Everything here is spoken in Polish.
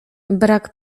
brak